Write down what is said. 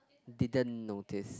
didn't notice